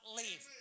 leave